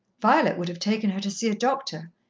violet would have taken her to see a doctor,